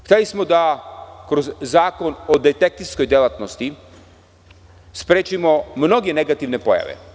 Hteli smo da kroz zakon o detektivskoj delatnosti sprečimo mnoge negativne pojave.